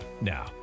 Now